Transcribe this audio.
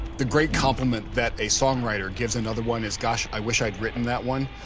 the great compliment that a songwriter gives another one is, gosh, i wish i had written that one.